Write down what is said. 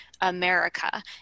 america